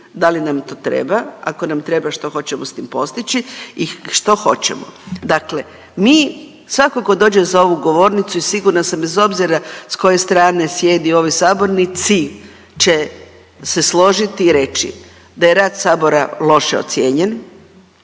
da li nam to treba? Ako nam treba, što hoćemo s tim postići i što hoćemo? Dakle, mi svatko tko dođe za ovu govornicu i sigurna sam bez obzira s koje strane sjedi u ovoj sabornici će se složiti i reći da je rad sabora loše ocijenjen,